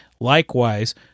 Likewise